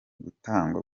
gutangwa